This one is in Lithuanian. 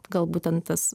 gal būtent tas